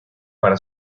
para